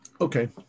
Okay